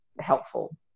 helpful